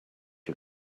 you